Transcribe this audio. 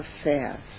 affairs